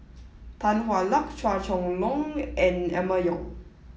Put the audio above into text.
Tan Hwa Luck Chua Chong Long and Emma Yong